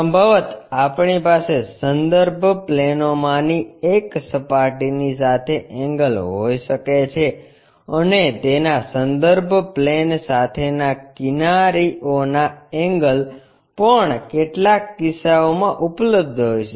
સંભવત આપણી પાસે સંદર્ભ પ્લેનોમાંની એક સપાટીની સાથે એંગલ હોઈ શકે છે અને તેના સંદર્ભ પ્લેન સાથેના કિનારીઓના એંગલ પણ કેટલાક કિસ્સાઓમાં ઉપલબ્ધ હોય છે